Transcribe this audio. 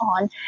on